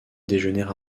déjeuner